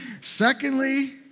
Secondly